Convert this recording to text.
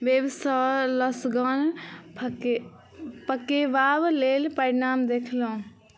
web सँ lasagna फके पकेबा लेल परिणाम देखलहुँ